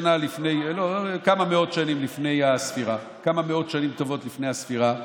כמה מאות שנים טובות לפני הספירה,